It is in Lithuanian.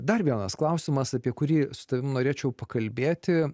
dar vienas klausimas apie kurį su tavim norėčiau pakalbėti